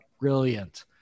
brilliant